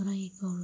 ആയിക്കോളൂ